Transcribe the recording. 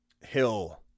Hill